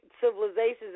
civilizations